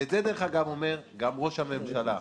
ואת זה דרך אגב אומר גם ראש הממשלה.